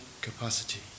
capacity